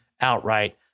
outright